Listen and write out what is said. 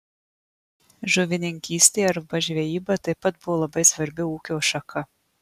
žuvininkystė arba žvejyba taip pat buvo labai svarbi ūkio šaka